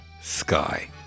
sky